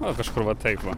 na kažkur va taip va